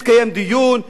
מתקיים דיון,